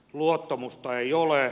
luottamusta ei ole